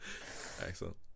Excellent